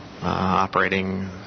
operating